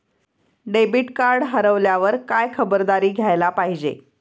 Debit card हरवल्यावर काय खबरदारी घ्यायला पाहिजे?